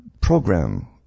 program